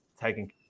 taking